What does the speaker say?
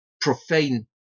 profane